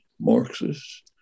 Marxists